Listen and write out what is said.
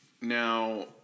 Now